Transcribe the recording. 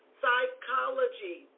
psychology